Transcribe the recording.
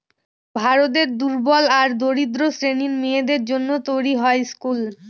ভারতের দুর্বল আর দরিদ্র শ্রেণীর মেয়েদের জন্য তৈরী হয় স্কুল